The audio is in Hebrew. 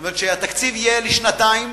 כלומר שהתקציב יהיה לשנתיים,